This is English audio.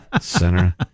Center